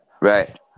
right